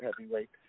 heavyweight